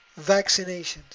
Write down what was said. vaccinations